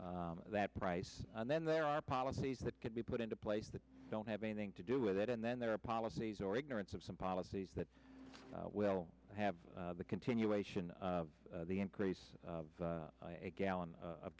that price and then there are policies that could be put into place that don't have anything to do with it and then there are policies or ignorance of some policies that will have the continuation of the increase of a gallon of